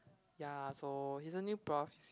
ya so he's a new prof